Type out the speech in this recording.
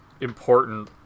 important